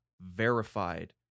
verified